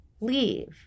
leave